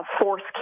force